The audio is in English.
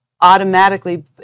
automatically